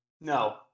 No